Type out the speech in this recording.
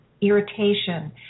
irritation